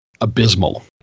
abysmal